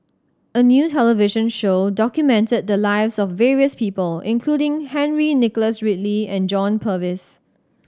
a new television show documented the lives of various people including Henry Nicholas Ridley and John Purvis